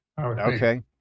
Okay